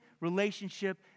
relationship